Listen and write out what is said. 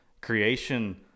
Creation